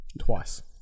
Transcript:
twice